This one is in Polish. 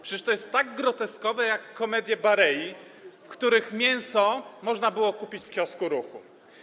Przecież to jest tak groteskowe jak komedie Barei, w których mięso można było kupić w kiosku Ruchu.